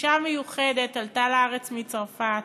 אישה מיוחדת שעלתה לארץ מצרפת,